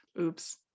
oops